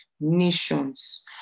nations